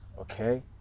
okay